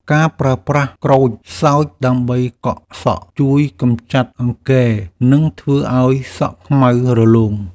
ការប្រើប្រាស់ក្រូចសើចដើម្បីកក់សក់ ជួយកម្ចាត់អង្គែ និងធ្វើឱ្យសក់ខ្មៅរលោង។